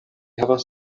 havas